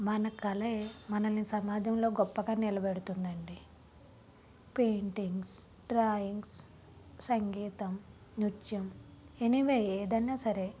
మన కళ మనల్ని సమాజంలో గొప్పగా నిలబెడుతుంది అండి పెయింటింగ్స్ డ్రాయింగ్స్ సంగీతం నృత్యం ఎనీవే ఏదన్నా సరే